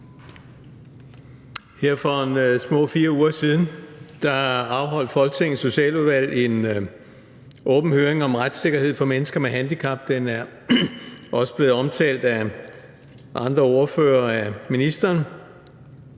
Her for små 4 uger siden afholdt Folketingets Socialudvalg en åben høring om retssikkerhed for mennesker med handicap – den er også blevet omtalt af andre ordførere og af ministeren.